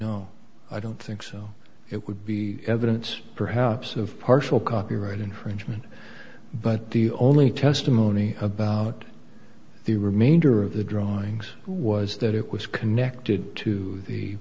law no i don't think so it would be evidence perhaps of partial copyright infringement but the only testimony about the remainder of the drawings was that it was connected to the